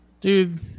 Dude